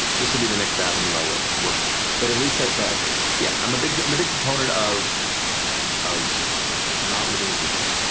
this will be the next avenue i work work towards. but at least i tried this. yeah, i'm a big um a big proponent of of not living with regret.